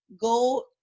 go